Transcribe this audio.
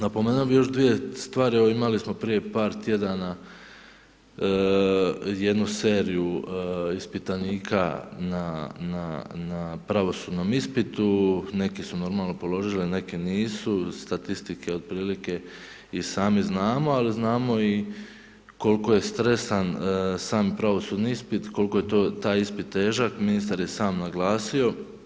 Napomenuo bi još dvije stvari, evo imali smo prije par tjedana jednu seriju ispitanika na pravosudnom ispitu, neki su normalno položili, a neki nisu, statistike otprilike i sami znamo, ali znamo i koliko je stresan sam pravosudni ispit, koliko je taj ispit težak, ministar je sam naglasio.